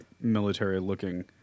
military-looking